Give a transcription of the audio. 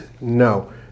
No